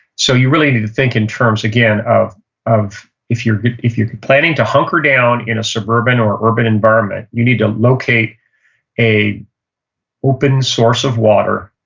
so you really need to think in terms, again, of of if you're if you're planning to hunker down in a suburban or an urban environment, you need to locate a open source of water,